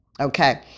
okay